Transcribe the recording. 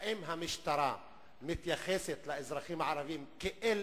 האם המשטרה מתייחסת לאזרחים הערבים כאל